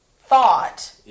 thought